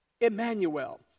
Emmanuel